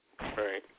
right